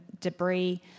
Debris